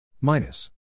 minus